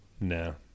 No